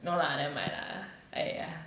no lah never mind lah !aiya!